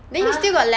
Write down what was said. !huh!